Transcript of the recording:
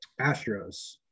Astros